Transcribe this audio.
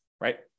right